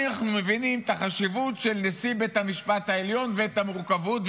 אנחנו מבינים את החשיבות של נשיא בית המשפט העליון ואת המורכבות,